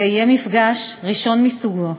זה יהיה מפגש ראשון מסוגו.